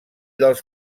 dels